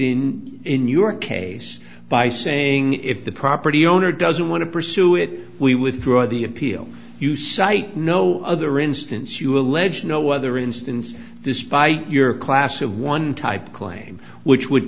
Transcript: in in your case by saying if the property owner doesn't want to pursue it we withdraw the appeal you cite no other instance you allege no other instance despite your class of one type claim which would